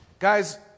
Guys